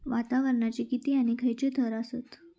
वातावरणाचे किती आणि खैयचे थर आसत?